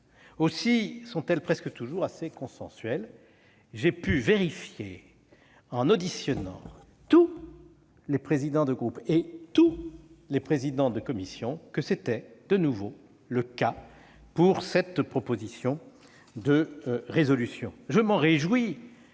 Aussi sont-elles presque toujours assez consensuelles. J'ai pu vérifier, en auditionnant tous les présidents de groupe et tous les présidents de commission, que c'était une fois de plus le cas pour cette proposition de résolution. Je m'en réjouis,